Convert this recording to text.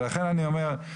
ולכן אני אומר,